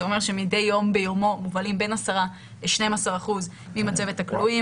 זה אומר שמדי יום מובלים בין 10% ל-12% ממצבת הכלואים